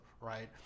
right